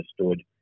understood